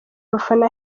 abafana